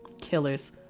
killers